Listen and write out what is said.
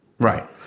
right